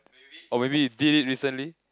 oh maybe you did it recently